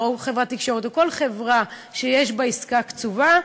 או חברת תקשורת או כל חברה שיש בה עסקה קצובה,